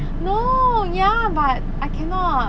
no ya but I cannot